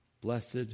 Blessed